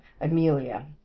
Amelia